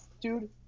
dude